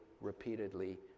repeatedly